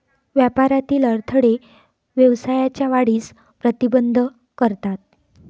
व्यापारातील अडथळे व्यवसायाच्या वाढीस प्रतिबंध करतात